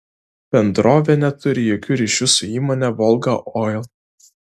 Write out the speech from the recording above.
bendrovė neturi jokių ryšių su įmone volga oil